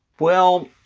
well,